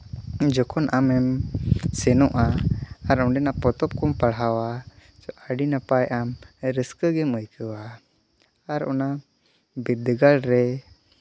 ᱡᱚᱠᱷᱚᱱ ᱟᱢᱮᱢ ᱥᱮᱱᱚᱜᱼᱟ ᱟᱨ ᱚᱸᱰᱮᱱᱟᱜ ᱯᱚᱛᱚᱵ ᱠᱚᱢ ᱯᱟᱲᱦᱟᱣᱟ ᱟᱹᱰᱤ ᱱᱟᱯᱟᱭ ᱟᱢ ᱨᱟᱹᱥᱠᱟᱹ ᱜᱮᱢ ᱟᱹᱭᱠᱟᱹᱣᱟ ᱟᱨ ᱚᱱᱟ ᱵᱤᱨᱫᱟᱹᱜᱟᱲ ᱨᱮ